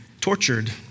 tortured